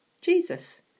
Jesus